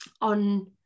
on